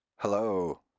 Hello